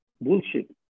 bullshit